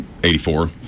84